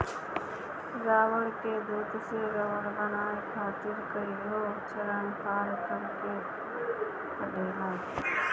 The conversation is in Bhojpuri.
रबड़ के दूध से रबड़ बनावे खातिर कईगो चरण पार करे के पड़ेला